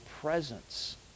presence